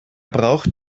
braucht